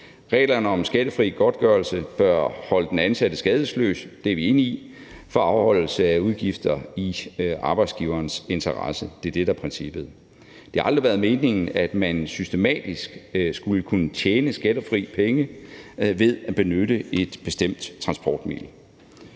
Reglerne om skattefri godtgørelse bør holde den ansatte skadesløs – det er vi enige i – for afholdelse af udgifter i arbejdsgivernes interesse; det er det, der er princippet. Det har aldrig været meningen, at man systematisk skulle kunne tjene skattefri penge ved at benytte et bestemt transportmiddel.